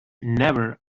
never